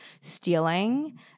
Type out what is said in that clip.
stealing